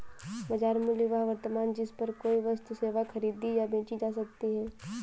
बाजार मूल्य वह वर्तमान जिस पर कोई वस्तु सेवा खरीदी या बेची जा सकती है